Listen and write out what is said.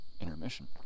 intermission